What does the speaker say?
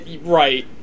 Right